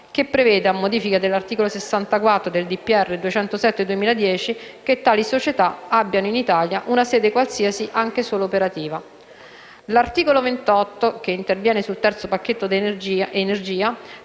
prevede, a modifica dell'articolo 64 del DPR 207/2010, che tali società abbiano in Italia una sede qualsiasi anche solo operativa. L'articolo 28 interviene sul terzo pacchetto energia